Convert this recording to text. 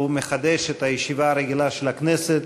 אני מחדש את הישיבה הרגילה של הכנסת,